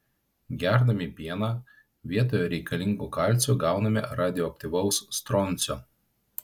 gerdami pieną vietoje reikalingo kalcio gauname radioaktyvaus stroncio